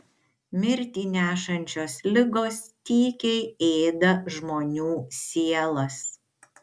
mirtį nešančios ligos tykiai ėda žmonių sielas